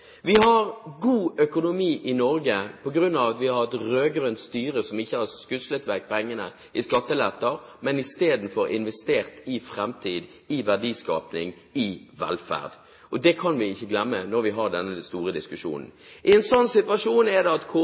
Vi har god økonomi i Norge på grunn av at vi har et rød-grønt styre som ikke har skuslet vekk pengene til skattelette, men isteden investert i framtid, i verdiskaping og i velferd. Det kan vi ikke glemme når vi har denne store diskusjonen. I en sånn situasjon er det KS uttrykker at